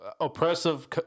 oppressive